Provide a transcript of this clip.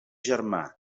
germà